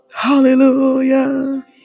Hallelujah